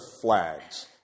flags